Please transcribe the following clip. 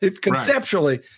Conceptually